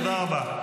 תודה רבה.